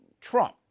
Trump